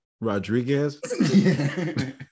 Rodriguez